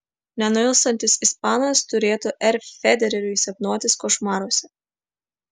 nenuilstantis ispanas turėtų r federeriui sapnuotis košmaruose